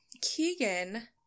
Keegan